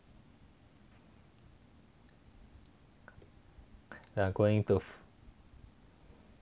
i'm going to